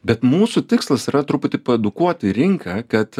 bet mūsų tikslas yra truputį paedukuoti rinką kad